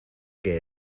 que